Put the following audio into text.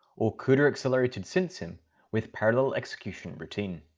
or cuda accelerated scintsim with parallel execution routine.